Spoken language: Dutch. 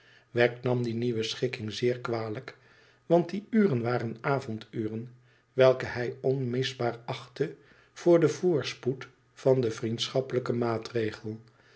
wegg nam die nieuwe schikking zeer kwalijk want die uren waren avonduren welke hij onmisbaar achtte voor den voorspoed van den vriendschappelijken maatregel